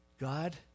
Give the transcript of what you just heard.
God